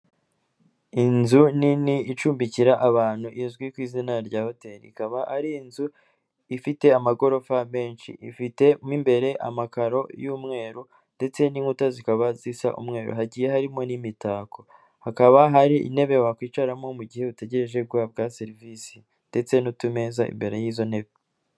Inzu nini icumbikira abantu izwi ku izina rya hoteli, ikaba ari inzu ifite amagorofa menshi ifitemo imbere amakaro y'umweru ndetse n'inkuta zikaba zisa umweru, hagiye harimo n'imitako hakaba hari intebe wakwicaramo mu gihe utegereje guhabwa serivisi ndetse n'utumeza imbere y'izo ntebe.